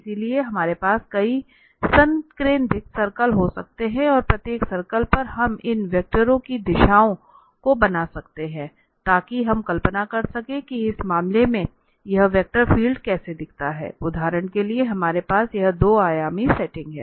इसलिए हमारे पास कई संकेंद्रित सर्कल हो सकते हैं और प्रत्येक सर्कल पर हम इन वेक्टरों की दिशाओं को बना सकते हैं ताकि हम कल्पना कर सकें कि इस मामले में यह वेक्टर फील्ड कैसा दिखता है उदाहरण के लिए हमारे पास यह 2 आयामी सेटिंग है